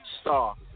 Star